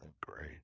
Great